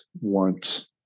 want